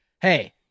Hey